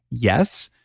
yes,